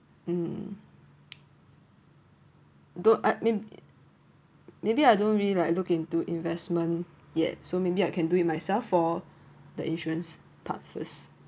hmm don't I maybe maybe I don't really like look into investment yet so maybe I can do it myself for the insurance part first